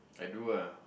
I do ah